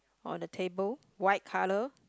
on the table white colour